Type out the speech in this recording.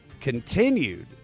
continued